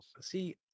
See